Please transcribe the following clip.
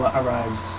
arrives